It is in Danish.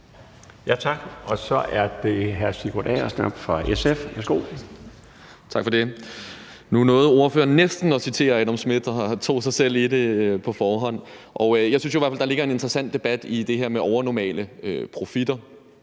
fra SF. Værsgo. Kl. 13:13 Sigurd Agersnap (SF): Tak for det. Nu nåede ordføreren næsten at citere Adam Smith, men tog sig selv i det på forhånd. Jeg synes jo i hvert fald, der ligger en interessant debat i det her med overnormale profitter.